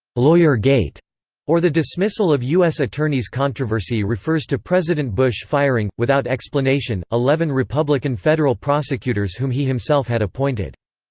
lawyergate or the dismissal of u s. attorneys controversy refers to president bush firing, without explanation, eleven republican federal prosecutors whom he himself had appointed.